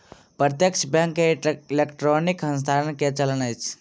प्रत्यक्ष बैंक मे इलेक्ट्रॉनिक हस्तांतरण के चलन अछि